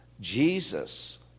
Jesus